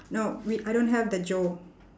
no we I don't have the joe